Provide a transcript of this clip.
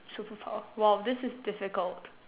super power !wow! this is difficult